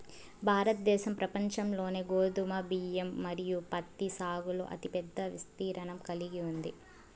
భారతదేశం ప్రపంచంలోనే గోధుమ, బియ్యం మరియు పత్తి సాగులో అతిపెద్ద విస్తీర్ణం కలిగి ఉంది